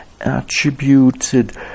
attributed